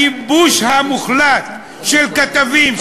הייבוש המוחלט של כתבים,